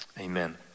amen